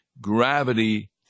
Gravity